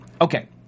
Okay